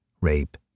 rape